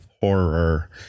horror